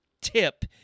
tip